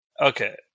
Okay